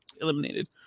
eliminated